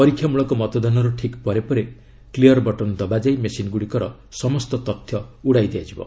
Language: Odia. ପରୀକ୍ଷାମୂଳକ ମତଦାନର ଠିକ୍ ପରେ ପରେ କ୍ଲିୟର୍ ବଟନ୍ ଦବାଯାଇ ମେସିନଗୁଡ଼ିକର ସମସ୍ତ ତଥ୍ୟ ଉଡ଼ାଇ ଦିଆଯିବ